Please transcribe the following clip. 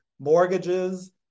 mortgages